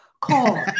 call